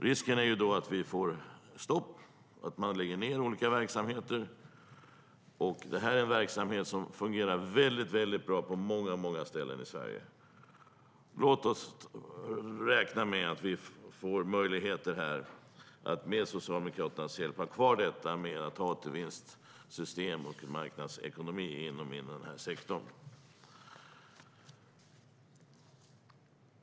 Risken är att vi får stopp, att man lägger ned olika verksamheter. Verksamheten fungerar väldigt bra på många ställen i Sverige. Låt oss räkna med att vi får möjlighet att med Socialdemokraternas hjälp ha kvar ett vinstsystem och marknadsekonomi inom den här sektorn.